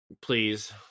Please